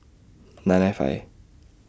nine nine five